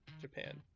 japan